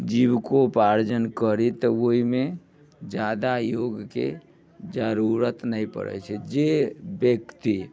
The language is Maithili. जीवकोपार्जन करी तऽ ओहिमे जादा योगके जरूरत नहि पड़ैत छै जे व्यक्ति